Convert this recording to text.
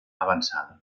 avançada